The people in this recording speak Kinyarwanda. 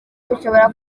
bishobora